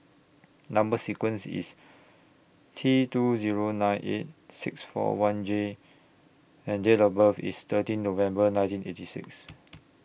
Number sequence IS T two Zero nine eight six four one J and Date of birth IS thirteen November nineteen eighty six